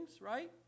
right